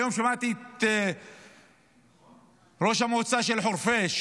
היום שמעתי את ראש המועצה של חורפיש